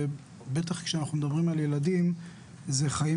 ובטח כשאנחנו מדברים על ילדים זה חיים